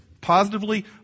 positively